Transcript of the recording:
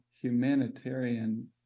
humanitarian